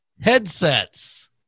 Headsets